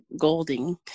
Golding